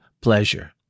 pleasure